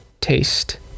Taste